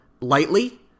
lightly